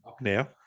now